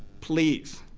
please,